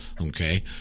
okay